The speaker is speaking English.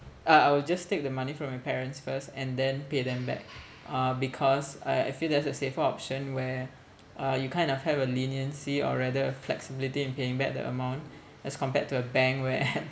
uh I will just take the money from my parents first and then pay them back uh because I I feel that's a safer option where uh you kind of have a leniency or rather a flexibility in paying back the amount as compared to a bank where